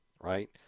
right